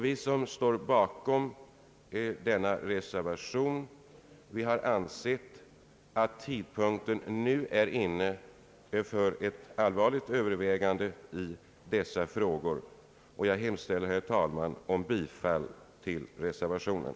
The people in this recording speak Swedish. Vi som står bakom reservationen anser att tidpunkten nu är inne för ett allvarligt övervägande i denna fråga. Jag hemställer därför, herr talman, om bifall till reservationen.